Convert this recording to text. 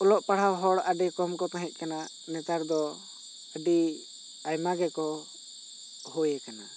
ᱚᱞᱚᱜ ᱯᱟᱲᱦᱟᱣ ᱦᱚᱲ ᱟᱹᱰᱤ ᱠᱚᱢ ᱠᱚ ᱛᱟᱦᱮᱸ ᱠᱟᱱᱟ ᱱᱮᱛᱟᱨ ᱫᱚ ᱟᱹᱰᱤ ᱟᱭᱢᱟ ᱜᱮᱠᱚ ᱦᱩᱭ ᱟᱠᱟᱱᱟ